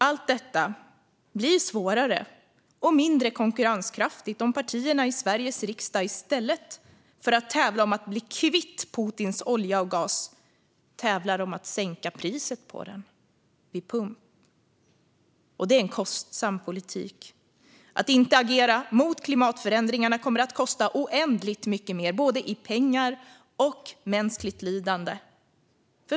Allt detta blir svårare och mindre konkurrenskraftigt om partierna i Sveriges riksdag i stället för att tävla om att bli kvitt Putins olja och gas tävlar om att sänka priserna på dem vid pump. Det är en kostsam politik. Att inte agera mot klimatförändringarna kommer att kosta oändligt mycket mer, både i pengar och i mänskligt lidande.